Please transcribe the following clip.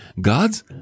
God's